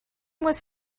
was